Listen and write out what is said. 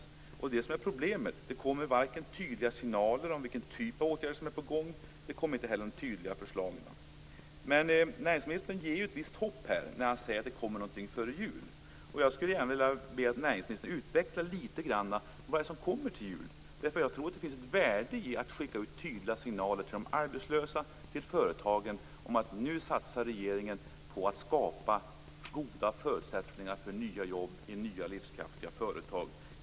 Och det är det som är problemet: Det kommer varken tydliga signaler om vilken typ av åtgärder som är på gång eller tydliga förslag. Näringsministern ger dock ett visst hopp när han säger att det kommer någonting före jul. Jag skulle vilja be att näringsministern utvecklade lite grand vad det är som kommer till jul. Jag tror nämligen att det finns ett värde i att skicka ut tydliga signaler till de arbetslösa och till företagen om att regeringen nu satsar på att skapa goda förutsättningar för nya jobb i nya, livskraftiga företag.